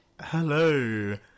hello